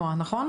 נעה נכון?